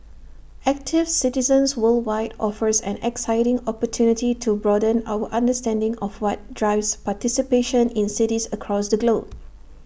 active Citizens Worldwide offers an exciting opportunity to broaden our understanding of what drives participation in cities across the globe